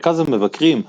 מרכז המבקרים,